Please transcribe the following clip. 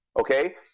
okay